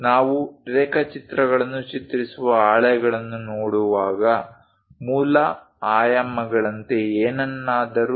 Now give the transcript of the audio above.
ನಾವು ರೇಖಾಚಿತ್ರಗಳನ್ನು ಚಿತ್ರಿಸುವ ಹಾಳೆಗಳನ್ನು ನೋಡುವಾಗ ಮೂಲ ಆಯಾಮಗಳಂತೆ ಏನನ್ನಾದರೂ